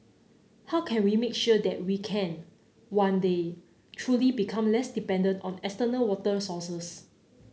how can we make sure that we can one day truly become less dependent on external water sources